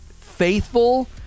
faithful